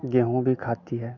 गेहूँ भी खाती है